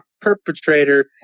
perpetrator